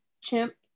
chimp